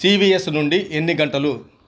CVS నుండి ఎన్ని గంటలు